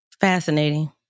Fascinating